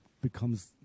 becomes